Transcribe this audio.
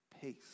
peace